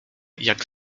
jak